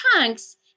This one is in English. chunks